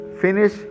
finish